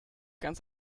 ganz